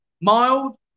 Mild